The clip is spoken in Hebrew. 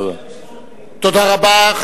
תודה רבה.